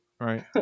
Right